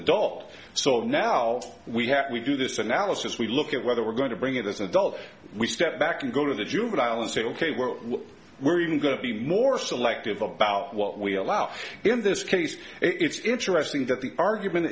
adult so now we have we do this analysis we look at whether we're going to bring it as adult we step back and go to the juvenile and say ok we're we're even going to be more selective about what we allow in this case it's interesting that the argument